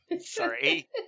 Sorry